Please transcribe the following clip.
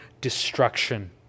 destruction